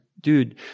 dude